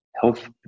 health